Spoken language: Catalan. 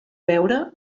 veure